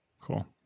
cool